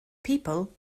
people